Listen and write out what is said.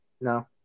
No